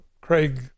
Craig